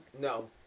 No